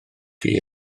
chi